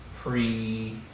pre